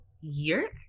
year